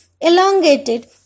elongated